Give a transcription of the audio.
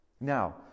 Now